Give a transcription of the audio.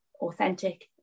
authentic